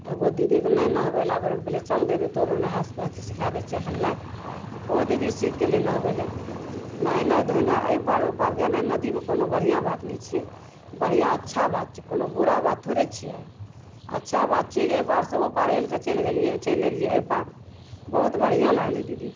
एगो दीदीके नहि नहबै लए आबै रहै हम कहलियै चल दीदी तोरो नहा सोना की सिखा दै छिअ हेलनाइ ओहो दीदी सीख गेलै नहबै लए नहेनाइ धोनाइ एहि पार ओहि पार गेनाइ नदीमे गेनाइ कोनो बढ़िऑं बात नहि छियै बढ़िऑं अच्छा बात छै कोनो बुरा बात थोड़े छियै अच्छा बात छियै जे एहिपार से ओहि पार हेल कए चैलि गेलियै चैलि अयलियै एहिपार बहुत बढ़िऑं लागलै दीदी